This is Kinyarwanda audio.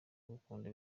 ngukunda